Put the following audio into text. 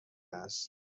است